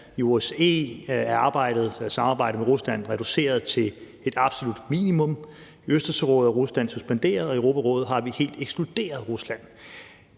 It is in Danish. I OSCE er samarbejdet med Rusland reduceret til et absolut minimum. I Østersørådet er Rusland suspenderet, og i Europarådet har vi helt ekskluderet Rusland.